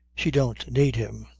she don't need him.